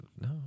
no